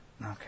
Okay